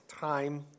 time